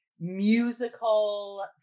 musical